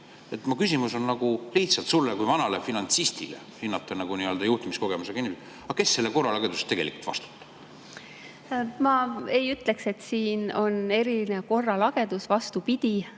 Mu küsimus on lihtsalt sulle kui vanale finantsistile hinnata nii-öelda juhtimiskogemusega inimesena, kes selle korralageduse eest tegelikult vastutab. Ma ei ütleks, et siin on eriline korralagedus. Vastupidi,